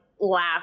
laugh